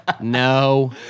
no